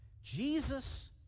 Jesus